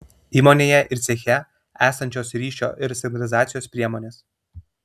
įmonėje ir ceche esančios ryšio ir signalizacijos priemonės